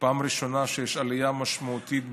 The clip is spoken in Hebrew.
פעם ראשונה שיש עלייה משמעותית,